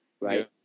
right